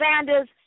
Sanders